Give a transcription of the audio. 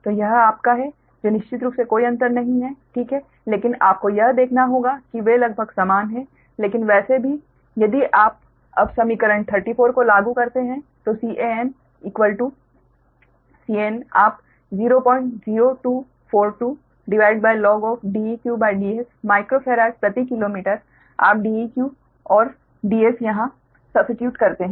तो यह आपका है जो निश्चित रूप से कोई अंतर नहीं है ठीक है लेकिन आपको यह देखना होगा कि वे लगभग समान हैं लेकिन वैसे भी यदि आप अब समीकरण 34 को लागू करते हैं तो Can आप 00242log DeqDs माइक्रोफेराड प्रति किलोमीटर आप Deq और Ds यहाँ सब्स्टीट्यूट करते हैं